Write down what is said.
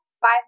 five